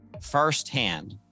firsthand